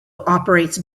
operates